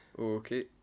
Okay